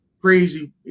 crazy